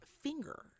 finger